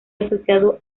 asociado